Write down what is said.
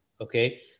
Okay